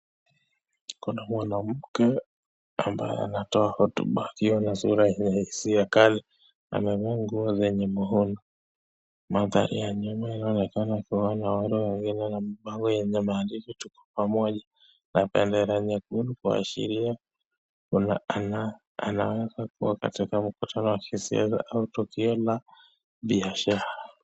Kuna mwanamke ambaye anatoa hotuba akiwa na sura ya hisia kali. Amevaa nguo zenye muundo. Manthari ya nyuma yanaonekana kuwa na rangi ya yellow na mabango lenye maandishi "Tuko Pamoja" na bendera nyekundu kuashiria kuna ana anaweza kuwa katika mkutano wa kisiasa au tukio la biashara.